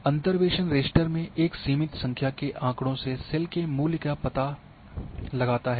अंतर्वेसन रास्टर में एक सीमित संख्या के आँकड़ों से सेल के मूल्य का पता लगाता है